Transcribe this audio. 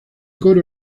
coro